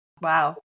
wow